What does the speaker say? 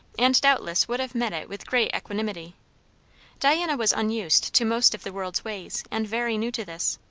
and doubtless would have met it with great equanimity diana was unused to most of the world's ways, and very new to this.